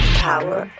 power